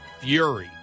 fury